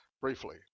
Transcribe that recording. briefly